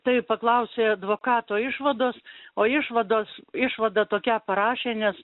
tai paklausė advokato išvados o išvados išvada tokią parašė nes